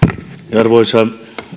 arvoisa